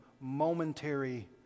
momentary